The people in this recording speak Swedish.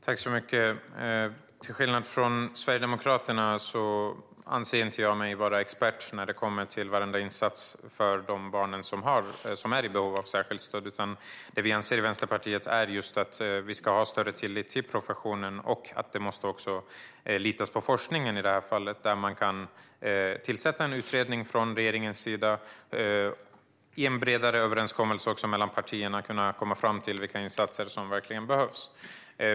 Fru talman! Till skillnad från Sverigedemokraterna anser inte jag mig vara expert när det kommer till varenda insats för de barn som är i behov av särskilt stöd. Det vi anser i Vänsterpartiet är just att vi ska ha större tillit till professionen och att vi måste lita på forskningen i det här fallet. Man kan tillsätta en utredning från regeringens sida och i en bredare överenskommelse mellan partierna komma fram till vilka insatser som verkligen behövs.